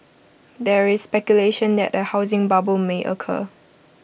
there is speculation that A housing bubble may occur